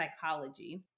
psychology